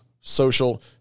social